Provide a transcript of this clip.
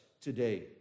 today